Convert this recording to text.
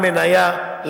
שבין בעל מניה לנושים.